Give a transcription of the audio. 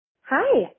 Hi